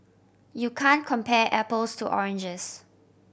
you can compare apples to oranges